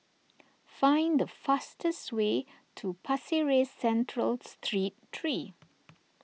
find the fastest way to Pasir Ris Central Street three